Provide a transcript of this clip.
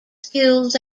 skills